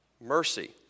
mercy